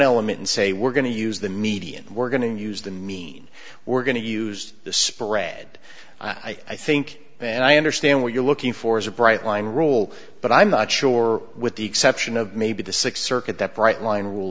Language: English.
element and say we're going to use the media and we're going to use the mean we're going to use the spread i think and i understand what you're looking for is a bright line rule but i'm not sure with the exception of maybe the sixth circuit that bright line rule